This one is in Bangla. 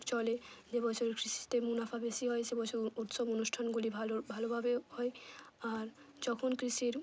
চলে যে বছর কৃষিতে মুনাফা বেশি হয় সে বছর উৎসব অনুষ্ঠানগুলি ভালো ভালোভাবে হয় আর যখন কৃষির